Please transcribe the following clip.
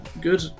Good